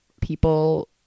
people